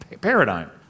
paradigm